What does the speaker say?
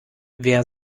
wer